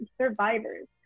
survivors